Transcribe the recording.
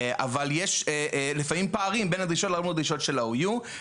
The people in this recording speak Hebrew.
אבל יש לפעמים פערים בין הדרישות שלהם לדרישות של ה-OU,